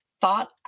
thought